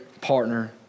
partner